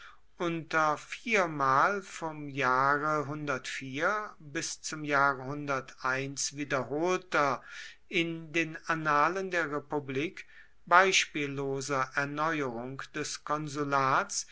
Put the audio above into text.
unter viermal vom jahre bis zum jahre wiederholter in den annalen der republik beispielloser erneuerung des konsulats